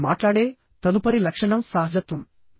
ఆమె మాట్లాడే తదుపరి లక్షణం సహజత్వం